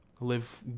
Live